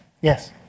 Yes